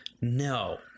no